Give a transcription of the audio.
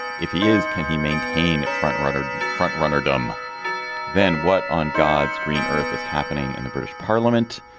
if he is can he maintain front runner front runner dumb then what on god's green earth is happening in the british parliament.